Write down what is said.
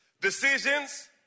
decisions